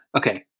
okay,